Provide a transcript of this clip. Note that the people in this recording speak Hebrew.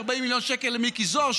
40 מיליון שקל למיקי זוהר,